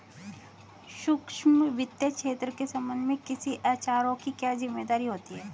सूक्ष्म वित्त क्षेत्र के संबंध में किसी एस.आर.ओ की क्या जिम्मेदारी होती है?